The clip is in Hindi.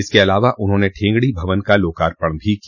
इसके अलावा उन्होंने ठेंगड़ी भवन का लोकार्पण भी किया